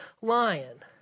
lion